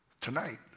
tonight